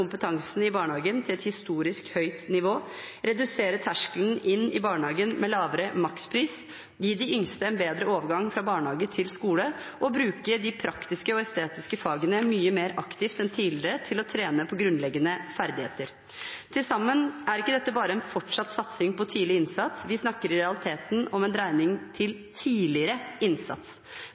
i barnehagen til et historisk høyt nivå, redusere terskelen inn i barnehagen med lavere makspris, gi de yngste en bedre overgang fra barnehage til skole og bruke de praktiske og estetiske fagene mye mer aktivt enn tidligere til å trene på grunnleggende ferdigheter. Til sammen er ikke dette bare en fortsatt satsing på tidlig innsats, vi snakker i realiteten om en dreining til tidligere innsats.